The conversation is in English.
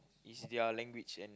it's their language and